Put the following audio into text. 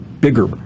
bigger